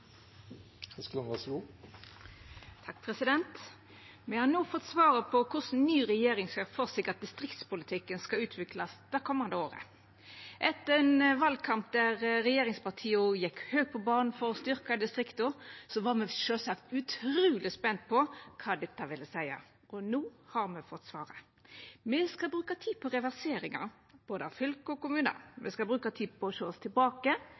Me har no fått svaret på korleis den nye regjeringa ser for seg at distriktspolitikken skal utviklast det komande året. Etter ein valkamp der regjeringspartia gjekk høgt på banen for å styrkja distrikta, var me sjølvsagt utruleg spente på kva dette ville seia. No har me fått svaret. Me skal bruka tid på reverseringar, både av fylke og kommunar, me skal bruka tid på å sjå oss tilbake